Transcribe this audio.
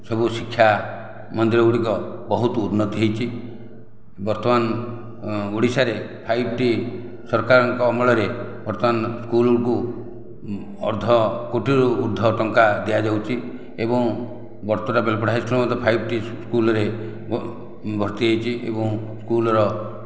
ସବୁ ଶିକ୍ଷା ମନ୍ଦିର ଗୁଡ଼ିକ ବହୁତ ଉନ୍ନତି ହୋଇଛି ବର୍ତ୍ତମାନ ଓଡ଼ିଶାରେ ଫାଇବ ଟି ସରକାରଙ୍କ ଅମଳରେ ବର୍ତ୍ତମାନ ସ୍କୁଲକୁ ଅର୍ଦ୍ଧ କୋଟିରୁ ଉର୍ଦ୍ଧ ଟଙ୍କା ଦିଆଯାଉଛି ଏବଂ ବର୍ତୁରା ବେଲପଡ଼ା ହାଇସ୍କୁଲ ଫାଇବ ଟି ସ୍କୁଲରେ ଭର୍ତ୍ତି ହୋଇଛି ଏବଂ ସ୍କୁଲର